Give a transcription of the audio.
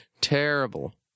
Terrible